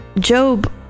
Job